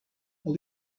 all